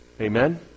Amen